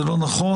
זה לא נכון,